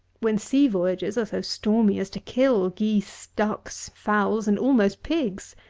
when sea voyages are so stormy as to kill geese, ducks, fowls, and almost pigs,